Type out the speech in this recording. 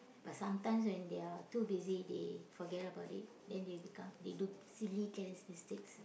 but sometimes when they are too busy they forget about it then they become they do silly careless mistakes